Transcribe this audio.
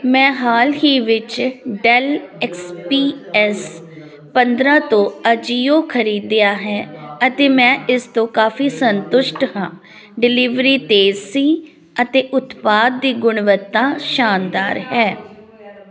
ਮੈਂ ਹਾਲ ਹੀ ਵਿੱਚ ਡੈੱਲ ਐਕਸ ਪੀ ਐੱਸ ਪੰਦਰਾਂ ਤੋਂ ਆਜੀਓ ਖਰੀਦਿਆ ਹੈ ਅਤੇ ਮੈਂ ਇਸ ਤੋਂ ਕਾਫ਼ੀ ਸੰਤੁਸ਼ਟ ਹਾਂ ਡਿਲਿਵਰੀ ਤੇਜ਼ ਸੀ ਅਤੇ ਉਤਪਾਦ ਦੀ ਗੁਣਵੱਤਾ ਸ਼ਾਨਦਾਰ ਹੈ